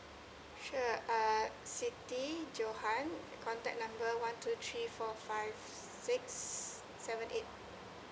sure err siti johan contact number one two three four five six seven eight